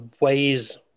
ways